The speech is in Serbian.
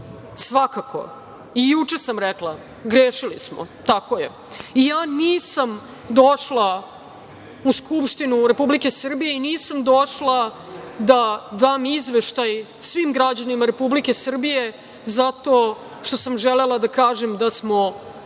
Svakako i juče sam rekla, grešili smo, tako je. I nisam došla u Skupštinu Republike Srbije i nisam došla da dam izveštaj svim građanima Republike Srbije zato što sam želela da kažem da smo bili